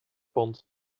pand